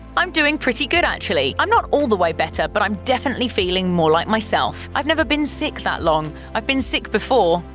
i'm doing pretty good, actually. i'm not all the way better, but i'm definitely feeling more like myself. i've never been sick that long. i've been sick before,